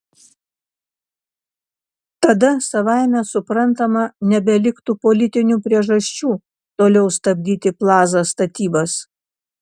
tada savaime suprantama nebeliktų politinių priežasčių toliau stabdyti plaza statybas